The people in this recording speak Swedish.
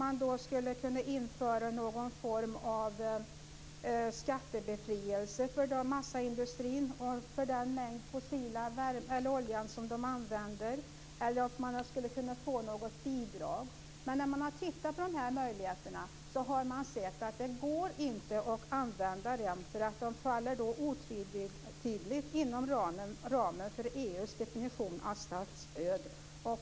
Man skulle då kunna införa någon form av skattebefrielse för massaindustrin och den mängd fossil olja som den använder eller någon form av bidrag. Men man har sett att det inte går att använda dessa möjligheter, eftersom de otvetydigt faller inom ramen för EU:s definition av statsstöd.